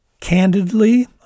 Candidly